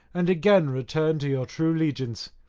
and again return to your true legiance.